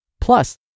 Plus